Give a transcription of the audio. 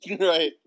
Right